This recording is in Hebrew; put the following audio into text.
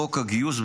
חוק הגיוס,